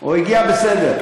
או הגיע בסדר?